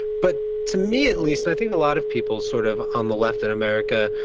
but to me at least i think a lot of people sort of on the left in america,